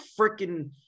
freaking